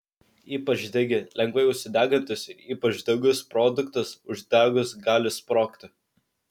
ypač degi lengvai užsidegantis ir ypač degus produktas uždegus gali sprogti